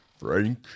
Frank